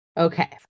Okay